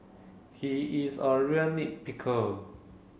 he is a real nit picker